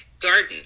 garden